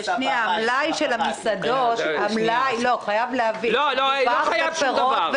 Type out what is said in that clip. המלאי של המסעדות עולה כסף, מלאי הירקות והפירות,